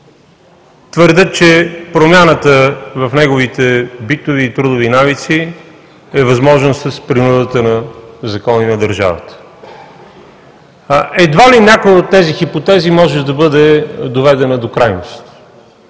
твърдят, че промяната в неговите битови и трудови навици е възможен с принудата на Закона и на държавата. Едва ли някоя от тези хипотези може да бъде доведена до крайност.